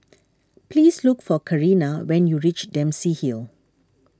please look for Karina when you reach Dempsey Hill